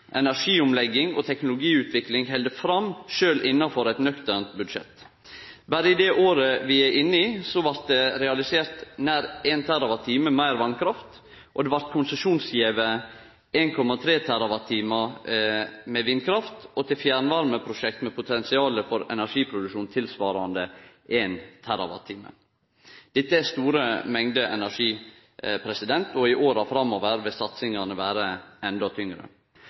energiomlegging og teknologiutvikling held fram, sjølv innanfor eit nøkternt budsjett. Berre i løpet av det året vi er inne i, blei det realisert nær 1 TWh meir vasskraft. Det blei konsesjonsgjeve 1,3 TWh med vindkraft og til fjernvarmeprosjekt med potensial for energiproduksjon tilsvarande 1 TWh. Dette er store mengder energi, og i åra framover vil satsingane vere endå tyngre.